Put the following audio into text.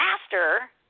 faster